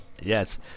Yes